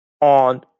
on